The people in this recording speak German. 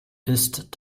ist